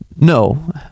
No